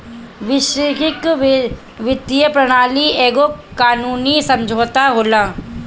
वैश्विक वित्तीय प्रणाली एगो कानूनी समुझौता होला